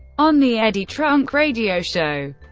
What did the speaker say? on the eddie trunk radio show.